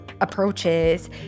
approaches